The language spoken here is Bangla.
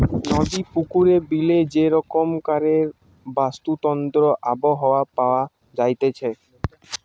নদী, পুকুরে, বিলে যে রকমকারের বাস্তুতন্ত্র আবহাওয়া পাওয়া যাইতেছে